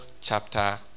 chapter